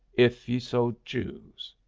if ye so choose.